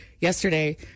Yesterday